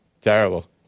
Terrible